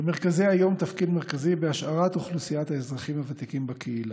למרכזי היום יש תפקיד מרכזי בהשארת אוכלוסיית האזרחים הוותיקים בקהילה.